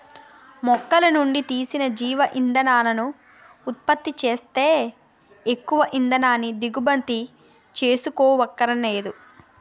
మొక్కలనుండి తీసిన జీవ ఇంధనాలను ఉత్పత్తి సేత్తే ఎక్కువ ఇంధనాన్ని దిగుమతి సేసుకోవక్కరనేదు